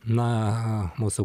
na mūsų